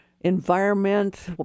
environment